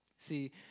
See